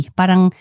parang